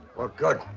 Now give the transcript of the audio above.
well good,